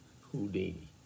Houdini